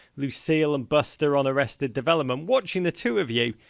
lucile and buster on arrested development. watching the two of you,